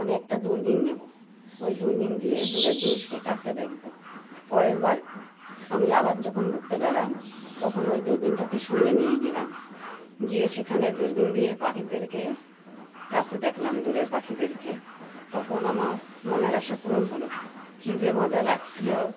আমি একটা দূরবিন নেবো ওই দূরবিন দিয়ে দূরের জিনিসকে কাছে দেখবো পরেরবার আমি আবার যখন ঘুরতে গেলাম তখন ওই দূরবিনটাকে সঙ্গে নিয়ে গেলাম গিয়ে সেখানে দূরবিন দিয়ে পাখিদেরকে কাছে দেখলাম দূরের পাখিদেরকে তখন আমার মনের আশা পূরণ হলো কি যে মজা লাগছিলো